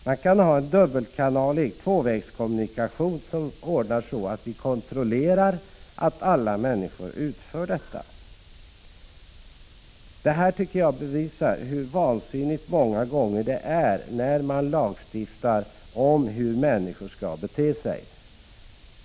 Man kan ha en dubbelkanalig tvåvägskommunikation som ordnar så att vi kontrollerar att alla människor utför detta. Nils Lundgrens exempel tycker jag visar hur vansinnigt det många gånger är när man lagstiftar om hur människor skall bete sig.